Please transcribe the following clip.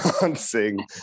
dancing